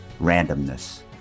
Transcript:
randomness